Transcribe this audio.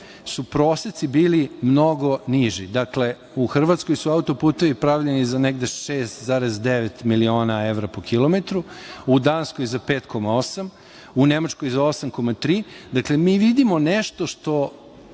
su proseci bili mnogo niži. Dakle, u Hrvatskoj su autoputevi pravljeni za negde 6,9 miliona evra po kilometru, u Danskoj za 5,8, u Nemačkoj za 8,3. Dakle, mi vidimo nešto što,